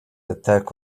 attack